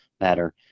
matter